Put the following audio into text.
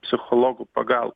psichologo pagal